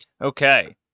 Okay